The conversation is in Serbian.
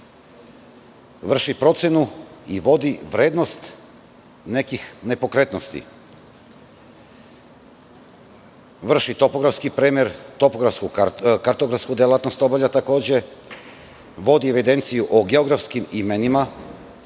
vrši procenu i vodi vrednost nekih nepokretnosti, vrši topografski premer, kartografsku delatnost obavlja takođe, vodi evidenciju o geografskim imenima,